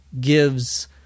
gives